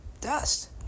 dust